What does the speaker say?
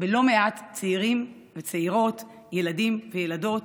בלא מעט צעירים וצעירות, ילדים וילדות.